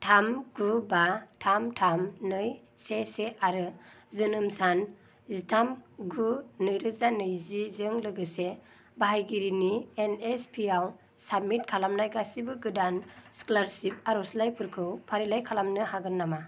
थाम गु बा थाम थाम नै से से आरो जोनोम सान जिथाम गु नैरोजा नौजिजों लोगोसे बाहायगिरिनि एन एस पि आव साबमिट खालामनाय गासिबो गोदान स्कलारसिप आर'जलाइफोरखौ फारिलाइ खालामनो हागोन नामा